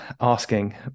asking